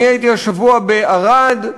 אני הייתי השבוע בערד,